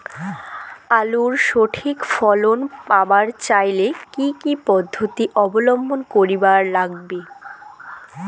আলুর সঠিক ফলন পাবার চাইলে কি কি পদ্ধতি অবলম্বন করিবার লাগবে?